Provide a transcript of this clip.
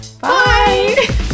bye